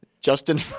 Justin